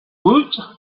woot